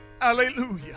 Hallelujah